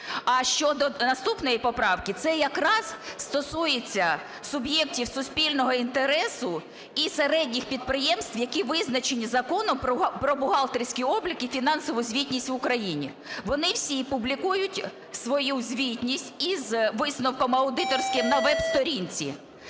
А щодо наступної поправки, це якраз стосується суб'єктів суспільного інтересу і середніх підприємств, які визначені Законом про бухгалтерський облік і фінансову звітність в Україні, вони всі публікують свою звітність із висновком аудиторським на веб-сторінці.